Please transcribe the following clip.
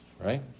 right